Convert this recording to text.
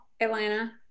Atlanta